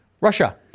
Russia